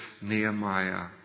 Nehemiah